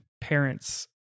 parents